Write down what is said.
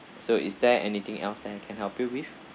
so is there anything else that I can help you with